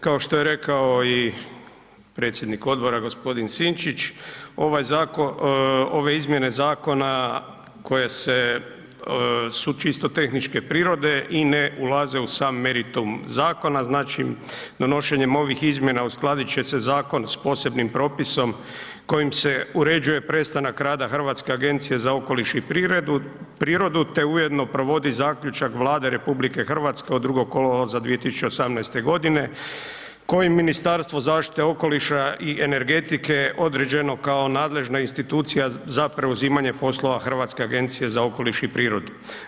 Kao što je rekao i predsjednik odbora gospodin Sinčić, ove izmjene zakona koje su čisto tehničke prirode i ne ulaze u sam meritum zakona, znači donošenjem ovih izmjena uskladiti će se zakon sa posebnim propisom kojim se uređuje prestanak rada Hrvatske agencije za okoliš i prirodu te ujedno provodi zaključak Vlade RH od 2. kolovoza 2018. godine kojim Ministarstvo zaštite okoliša i energetike je određeno kao nadležna institucija za preuzimanje poslova Hrvatske agencije za okoliš i prirodu.